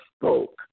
spoke